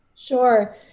Sure